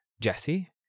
Jesse